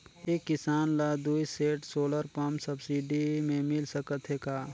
एक किसान ल दुई सेट सोलर पम्प सब्सिडी मे मिल सकत हे का?